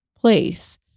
place